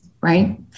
right